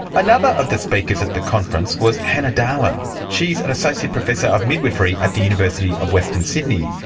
another of the speakers at the conference was hannah dahlen. she's an associate professor of midwifery at the university of western sydney.